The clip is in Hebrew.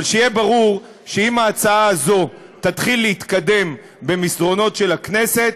אבל שיהיה ברור שאם ההצעה הזאת תתחיל להתקדם במסדרונות של הכנסת,